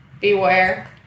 Beware